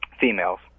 females